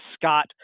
Scott